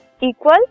equal